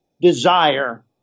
desire